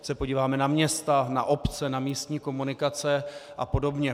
Ať se podíváme na města, na obce, na místní komunikace a podobně.